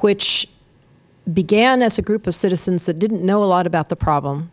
which began as a group of citizens who did not know a lot about the problem